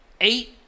eight